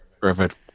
perfect